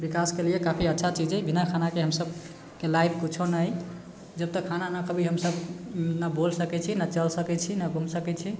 विकासके लिए काफी अच्छा चीज हइ बिना खानाके हमसभके लाइफ किछो न हइ जबतक खाना नहि खबै हमसभ ना बोल सकै छियै ना चल सकै छियै ना घूम सकै छियै